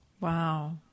Wow